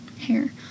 hair